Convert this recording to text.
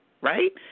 right